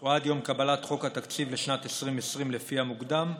או עד יום קבלת חוק התקציב לשנת 2020, לפי המוקדם,